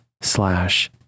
slash